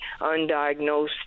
undiagnosed